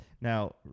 Now